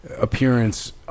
appearance